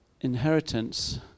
inheritance